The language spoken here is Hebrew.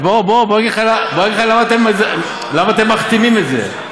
אז בוא, בוא אני אגיד לך, למה אתם מכתימים את זה?